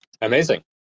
Amazing